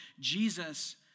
Jesus